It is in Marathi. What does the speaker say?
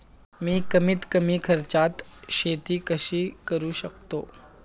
मी कमीत कमी खर्चात शेती कशी करू शकतो?